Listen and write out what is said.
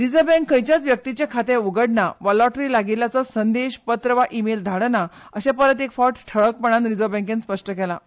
reserve bank खंयच्याय व्यक्तीचें खातें उघडना वा लॉटरी लागिल्ल्याचो संदेश पत्र वा ईमेल धाडिना अशें परत एक फावट ठळकपणान रिझर्व्ह बँकेन स्पश्ट केलां